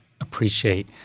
appreciate